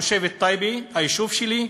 תושבת טייבה, היישוב שלי,